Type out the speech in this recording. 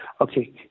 Okay